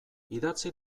idatzi